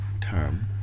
term